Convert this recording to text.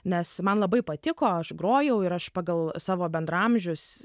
nes man labai patiko aš grojau ir aš pagal savo bendraamžius